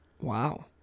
Wow